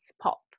pop